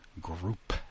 group